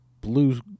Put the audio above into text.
blue